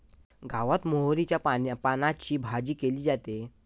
गावात मोहरीच्या पानांची भाजी केली जाते